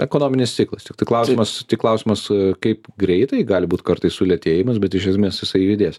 ekonominis ciklas tiktai klausimas tik klausimas kaip greitai gali būt kartais sulėtėjimas bet iš esmės jisai judės